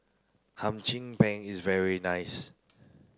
Hum Chim Peng is very nice